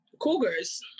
cougars